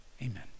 Amen